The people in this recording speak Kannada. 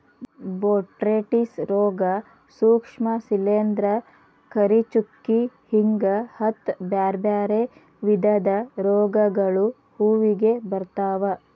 ಬೊಟ್ರೇಟಿಸ್ ರೋಗ, ಸೂಕ್ಷ್ಮ ಶಿಲಿಂದ್ರ, ಕರಿಚುಕ್ಕಿ ಹಿಂಗ ಹತ್ತ್ ಬ್ಯಾರ್ಬ್ಯಾರೇ ವಿಧದ ರೋಗಗಳು ಹೂವಿಗೆ ಬರ್ತಾವ